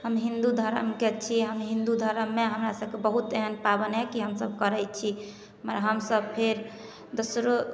हम हिन्दू धर्मके छी हम हिन्दू धर्ममे हमरा सबके बहुत एहन पाबनि अछि कि हम सब करै छी हमसब फेर दोसरो